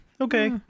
okay